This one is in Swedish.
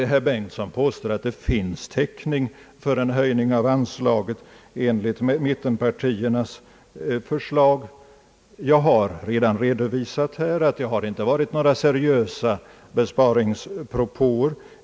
Herr Bengtson påstår att det finns täckning för en höjning av anslaget enligt mittenpartiernas förslag. Jag har redan redovisat att det inte har varit fråga om några seriösa besparingspropåer.